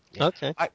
Okay